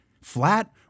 Flat